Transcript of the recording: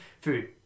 Food